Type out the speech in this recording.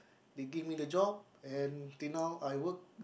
they give me the job and till now I work